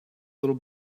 little